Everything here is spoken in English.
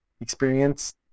experience